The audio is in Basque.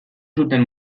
zuten